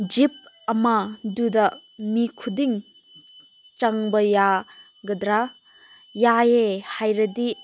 jeep ꯑꯃꯗꯨꯗ ꯃꯤ ꯈꯨꯗꯤꯡ ꯆꯪꯕ ꯌꯥꯒꯗ꯭ꯔꯥ ꯌꯥꯏꯌꯦ ꯍꯥꯏꯔꯗꯤ